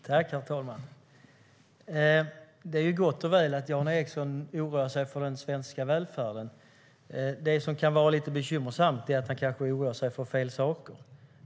Herr talman! Det är gott och väl att Jan Ericson oroar sig för den svenska välfärden. Det som kan vara lite bekymmersamt är att han kanske oroar sig för fel saker.